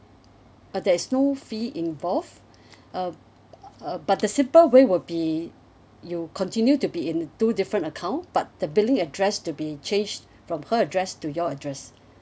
but there's no fee involved uh uh but the simple way will be you continue to be in two different account but the billing address to be changed from her address to your address